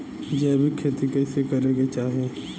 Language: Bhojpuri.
जैविक खेती कइसे करे के चाही?